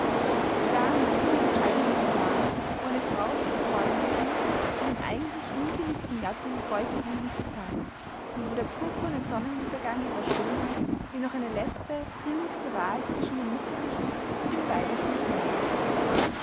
sie war in jenen entscheidenden jahren wo eine frau zu bereuen beginnt einem eigentlich nie geliebten gatten treu geblieben zu sein und wo der purpurne sonnenuntergang ihrer schönheit ihr noch eine letzte dringlichste wahl zwischen dem mütterlichen und dem weiblichen gewährt